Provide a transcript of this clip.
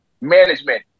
management